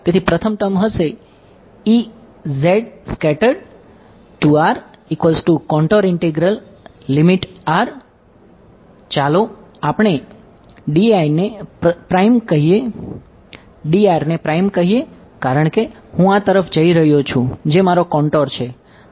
તેથી પ્રથમ હશે ચાલો આપણે dl ને પ્રાઇમ કહીએ કારણ કે હું આ તરફ જઈ રહ્યો છું જે મારો કોંટોર છે